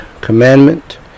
commandment